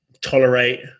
tolerate